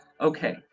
Okay